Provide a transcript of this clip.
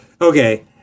Okay